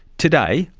today,